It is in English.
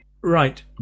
right